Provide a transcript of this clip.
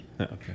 Okay